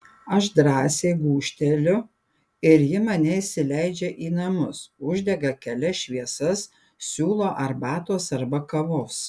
aš drąsiai gūžteliu ir ji mane įsileidžia į namus uždega kelias šviesas siūlo arbatos arba kavos